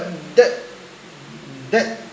that that